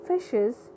fishes